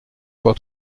pas